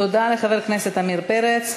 תודה לחבר הכנסת עמיר פרץ.